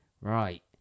Right